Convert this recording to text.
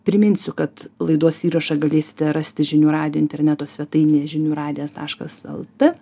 priminsiu kad laidos įrašą galėsite rasti žinių radijo interneto svetainėje žinių radijas taškas lt